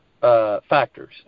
factors